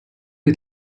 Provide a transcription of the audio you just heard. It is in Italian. dei